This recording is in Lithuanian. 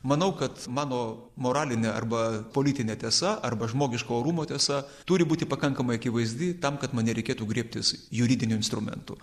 manau kad mano moralinė arba politinė tiesa arba žmogiško orumo tiesa turi būti pakankamai akivaizdi tam kad man nereikėtų griebtis juridinių instrumentų